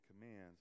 commands